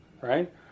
Right